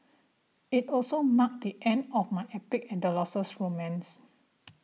it also marked the end of my epic adolescent romance